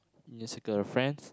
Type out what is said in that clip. just your girlfriends